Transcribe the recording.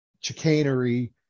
chicanery